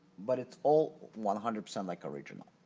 but, it's all one hundred percent like original.